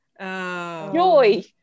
joy